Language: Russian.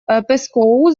пэскоу